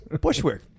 Bushwick